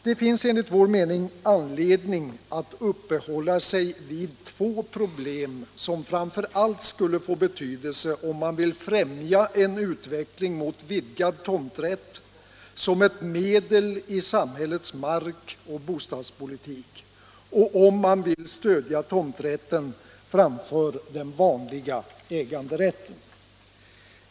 Det finns enligt vår mening anledning att uppehålla sig vid två problem som framför allt skulle få betydelse om man vill främja en utveckling mot vidgad tomträtt som ett medel i samhällets mark och bostadspolitik och om man vill stödja tomträtten framför den vanliga äganderätten.